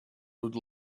would